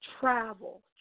travel